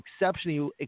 exceptionally